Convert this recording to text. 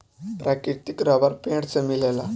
प्राकृतिक रबर पेड़ से मिलेला